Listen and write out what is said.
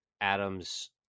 Adam's